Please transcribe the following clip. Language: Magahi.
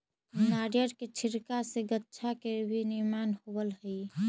नारियर के छिलका से गद्दा के भी निर्माण होवऽ हई